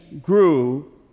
grew